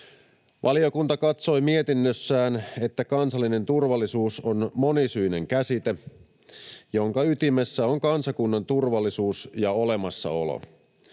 Valiokunta katsoi mietinnössään, että kansallinen turvallisuus on monisyinen käsite, jonka ytimessä on kansakunnan turvallisuus ja olemassaolo.